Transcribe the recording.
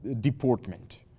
deportment